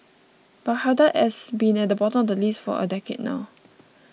Baghdad has been at the bottom of the list for a decade now